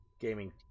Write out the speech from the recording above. Gaming